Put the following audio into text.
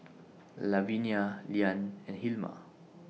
Lavinia Leann and Hilma